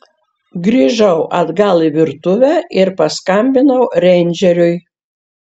grįžau atgal į virtuvę ir paskambinau reindžeriui